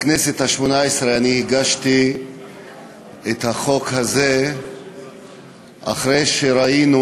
בכנסת השמונה-עשרה הגשתי את החוק הזה אחרי שראינו,